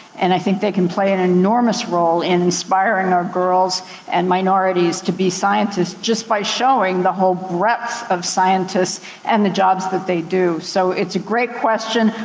and i think they can play an enormous role in inspiring our girls and minorities to be scientists, just by showing the whole breadth of scientists and the jobs that they do. so it's a great question.